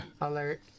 Alert